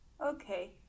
okay